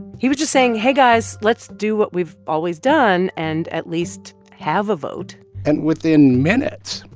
he was just saying, hey, guys. let's do what we've always done and at least have a vote and within minutes,